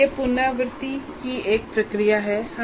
यह पुनरावृत्ति की एक प्रक्रिया है